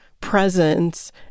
presence